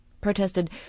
protested